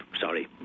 sorry